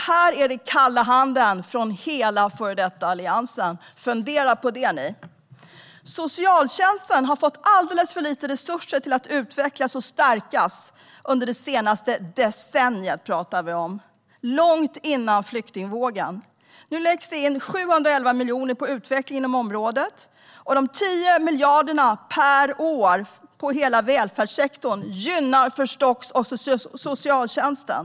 Här är det kalla handen från hela före detta Alliansen. Fundera på det ni! Socialtjänsten har fått alldeles för lite resurser för att utvecklas och stärkas under det senaste decenniet - långt före flyktingvågen. Nu läggs det 711 miljoner på utveckling inom området. Och de 10 miljarderna per år till hela välfärdssektorn gynnar förstås också socialtjänsten.